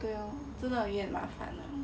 hmm 对咯真的有点麻烦